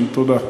תודה.